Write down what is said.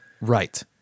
right